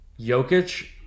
Jokic